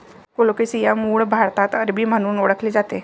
colocasia मूळ भारतात अरबी म्हणून ओळखले जाते